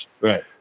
Right